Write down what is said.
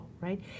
right